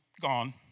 gone